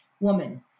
Woman